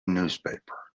newspaper